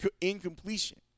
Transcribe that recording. incompletion